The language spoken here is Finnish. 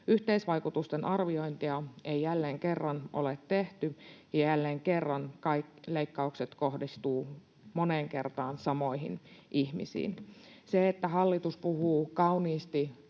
Yhteisvaikutusten arviointia ei jälleen kerran ole tehty, ja jälleen kerran kaikki leikkaukset kohdistuvat moneen kertaan samoihin ihmisiin. Hallitus puhuu kauniisti